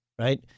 right